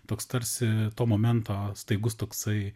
toks tarsi to momento staigus toksai